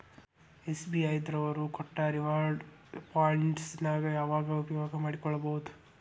SBI ದವ್ರು ಕೊಟ್ಟ reward points ನ ಯಾವಾಗ ಉಪಯೋಗ ಮಾಡ್ಕೋಬಹುದು?